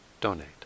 donate